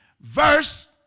Verse